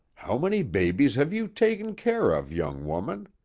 how many babies have you taken care of, young woman?